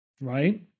Right